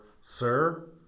sir